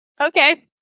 Okay